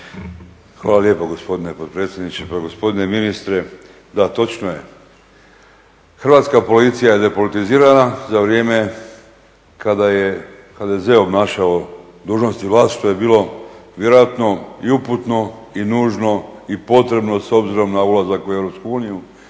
Hvala lijepo gospodine potpredsjedniče. Pa gospodine ministre, da točno je Hrvatska policija je depolitizirana za vrijeme kada je HDZ obnašao dužnost i vlast što je bilo vjerojatno i uputno i nužno i potrebno s obzirom na ulazak u